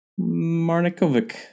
Marnikovic